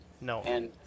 No